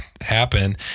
happen